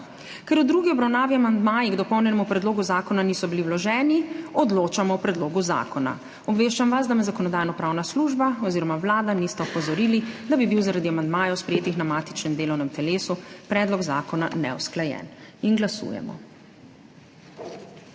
Ker v drugi obravnavi amandmaji k dopolnjenemu predlogu zakona niso bili vloženi, odločamo o predlogu zakona. Obveščam vas, da me Zakonodajno-pravna služba oziroma Vlada nista opozorili, da bi bil zaradi amandmajev, sprejetih na matičnem delovnem telesu, predlog zakona neusklajen. Glasujemo.